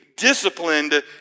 disciplined